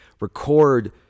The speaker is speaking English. record